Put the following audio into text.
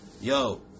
Yo